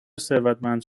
ثروتمند